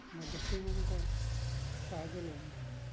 ମଧ୍ୟସ୍ଥିମାନଙ୍କ ସାହାଯ୍ୟ ଲୋଡ଼ୁ ନାହାନ୍ତି